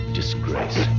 disgrace